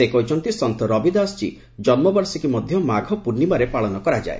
ସେ କହିଛନ୍ତି ସନ୍ତୁ ରବିଦାସଜୀଙ୍କ ଜନ୍ମବାର୍ଷିକୀ ମଧ୍ୟ ମାଘପୂର୍ଣ୍ଣିମାରେ ପାଳନ କରାଯାଏ